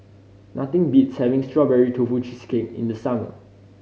nothing beats having Strawberry Tofu Cheesecake in the summer